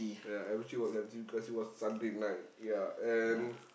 ya every street was empty because it was Sunday night ya and